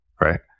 right